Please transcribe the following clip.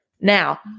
Now